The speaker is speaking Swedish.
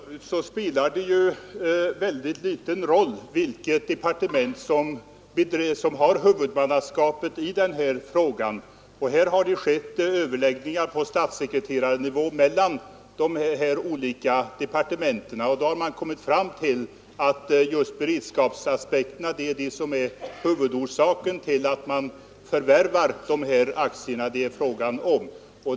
Herr talman! Som jag sade förut så spelar det ju väldigt liten roll vilket departement som har huvudmannaskapet i den här frågan. Här har det skett överläggningar på statssekreterarnivå mellan dessa olika departement, och då har man kommit fram till att just beredskapsaspekterna är huvudorsaken till att man förvärvar de aktier det är fråga om.